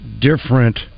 different